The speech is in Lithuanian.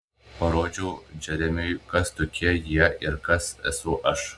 parodžiau džeremiui kas tokie jie ir kas esu aš